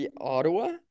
Ottawa